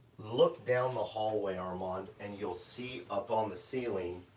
look down the hallway, armand, and you'll see up on the ceiling,